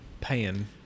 paying